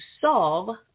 solve